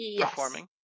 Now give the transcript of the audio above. performing